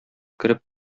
кереп